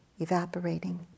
evaporating